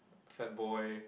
fat boy